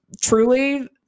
truly